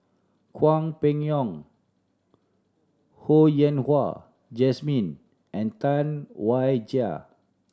Hwang Peng Yuan Ho Yen Wah Jesmine and Tam Wai Jia